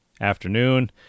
afternoon